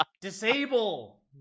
Disable